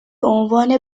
عنوان